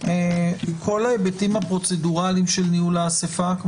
איפה נמצאים כל ההיבטים הפרוצדורליים של ניהול האסיפה?